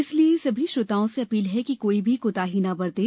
इसलिए सभी श्रोताओं से अपील है कि कोई भी कोताही न बरतें